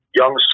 young